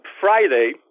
Friday